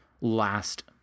last